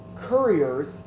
couriers